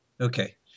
Okay